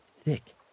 thick